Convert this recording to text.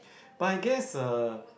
but I guess a